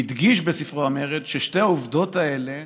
הוא הדגיש בספרו "המרד" ששתי העובדות האלה